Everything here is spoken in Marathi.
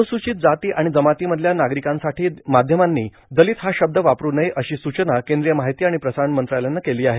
अनुसूचित जाती आणि जमातीमधल्या नागरिकांसाठी माध्यमांनी दलित हा शब्द वापरू नये अशी सूचना केंद्रीय माहिती आणि प्रसारण मंत्रालयानं केली आहे